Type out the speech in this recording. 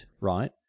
right